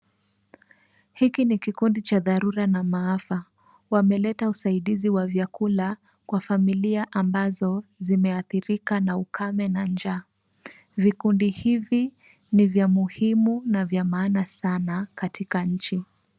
Hiki ni kikundi cha dharura na maafa. Wameleta usaidizi na wa vyakula kwa familia ambazo zimeadhirika na ukame na njaa. Vikundi hivi ni vya muhimu na maana sana katika nchi.